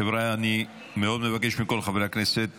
חבריא, אני מאוד מבקש מכל חברי הכנסת